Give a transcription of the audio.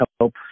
help